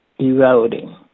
eroding